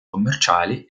commerciali